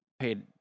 paid